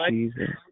Jesus